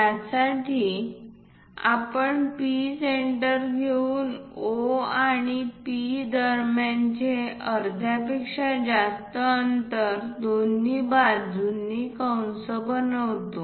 त्यासाठी आपण P centre घेऊन O आणि P दरम्यानचे अर्ध्यापेक्षा जास्त अंतरावर दोन्ही बाजूंनी कंस बनवतो